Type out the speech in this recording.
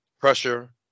pressure